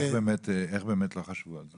איך באמת לא חשבו על זה?